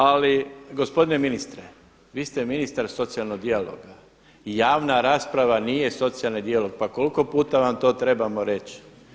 Ali gospodine ministre, vi ste ministar socijalnog dijaloga i javna rasprava nije socijalni dijalog, pa koliko puta vam to trebamo reći.